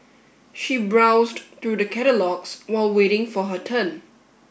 she browsed through the catalogues while waiting for her turn